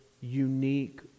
unique